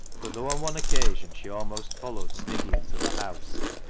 but though on one occasion she almost followed sniggy into the house,